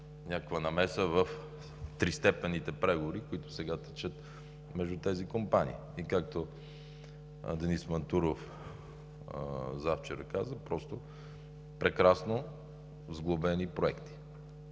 някаква намеса в тристепенните преговори, които сека текат между тези компании. И както Денис Мантуров завчера каза: просто прекрасно сглобени проекти.